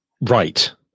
Right